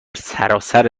سراسر